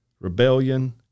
rebellion